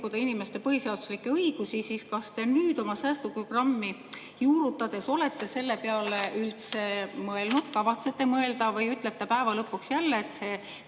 inimeste põhiseaduslikke õigusi, siis kas te nüüd oma säästuprogrammi juurutades olete selle peale üldse mõelnud, kavatsete mõelda või ütlete päeva lõpuks jälle, et see